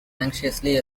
anxiously